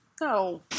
no